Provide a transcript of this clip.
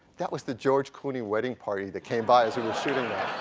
that was the george clooney wedding party that came by as we were shooting them.